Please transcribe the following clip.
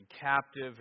captive